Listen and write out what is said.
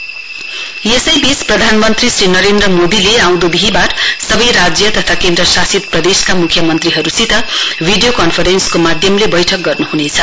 PM CM यसै बीच प्रधानमन्त्री श्री नरेन्द्र मोदीले आउँदो बिहीबार सबै राज्य तथा केन्द्शासित प्रदेशका म्ख्यमन्त्रीहरूसित भिडियो कन्फरेन्सको माध्यमले बैठक गर्नु हनेछ